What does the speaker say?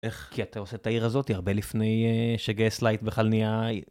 כי אתה עושה את העיר הזאת הרבה לפני שגזלייטינג בכלל נהייה.